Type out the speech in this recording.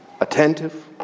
attentive